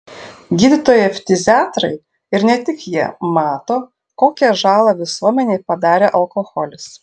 gydytojai ftiziatrai ir ne tik jie mato kokią žalą visuomenei padarė alkoholis